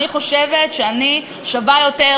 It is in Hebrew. אני חושבת שאני שווה יותר,